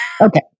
Okay